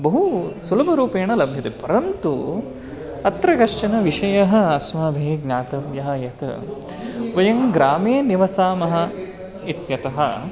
बहु सुलभरूपेण लभ्यते परन्तु अत्र कश्चन विषयः अस्माभिः ज्ञातव्यः यत् वयं ग्रामे निवसामः इत्यतः